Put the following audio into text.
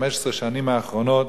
15 השנים האחרונות,